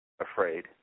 Afraid